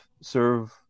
serve